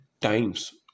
times